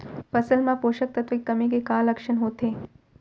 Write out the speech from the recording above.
फसल मा पोसक तत्व के कमी के का लक्षण होथे?